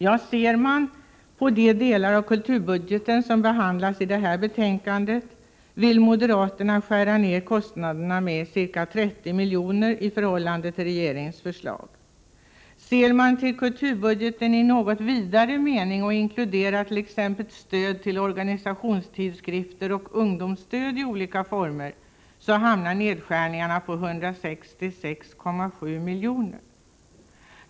Om man ser på de delar av kulturbudgeten som behandlas i detta betänkande, finner man att moderaterna vill skära ned kostnaderna med ca 30 milj.kr. i förhållande till regeringens förslag. Om man ser till kulturbudgeten i något vidare mening och inkluderar t.ex. stöd till organisationstidskrifter samt ungdomsstöd i olika former, kan man konstatera att nedskärningarna hamnar på 166,7 milj.kr.